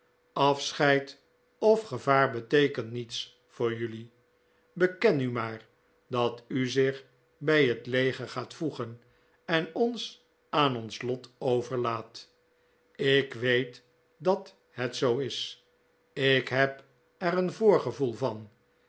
of gevaar beteekent niets voor jelui beken nu maar dat u zich bij het leger gaat voegen en ons aan ons lot overlaat ik weet dat het zoo is ik heb er een voorgevoel van